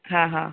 હા હા